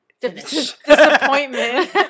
Disappointment